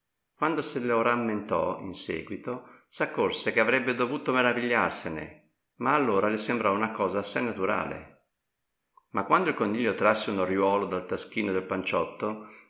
quando se lo rammentò in seguito s'accorse che avrebbe dovuto meravigliarsene ma allora le sembrò una cosa assai naturale ma quando il coniglio trasse un oriuolo dal taschino del panciotto